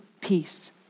peace